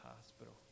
hospital